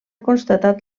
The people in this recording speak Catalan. constatat